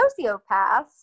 Sociopaths